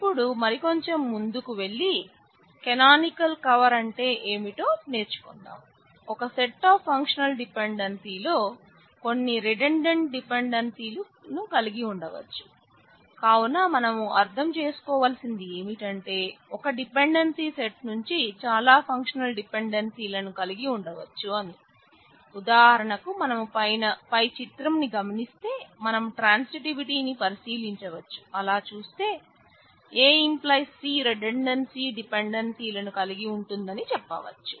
ఇపుడు మరి కొంచం ముందుకు వెళ్ళి కేనోనికల్ కవర్ ని కలిగి ఉంటుంది అని చెప్పవచ్చు